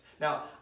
Now